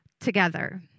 together